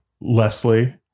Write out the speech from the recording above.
Leslie